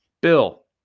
Bill